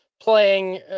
playing